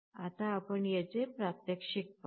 आता आपण प्रात्यक्षिक पाहू